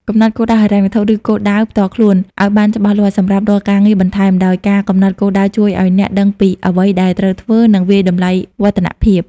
កំណត់គោលដៅហិរញ្ញវត្ថុ ឬគោលដៅផ្ទាល់ខ្លួនឱ្យបានច្បាស់លាស់សម្រាប់រាល់ការងារបន្ថែម ដោយការកំណត់គោលដៅជួយឱ្យអ្នកដឹងពីអ្វីដែលត្រូវធ្វើ និងវាយតម្លៃវឌ្ឍនភាព។។